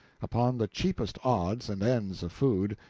upon the cheapest odds and ends of food,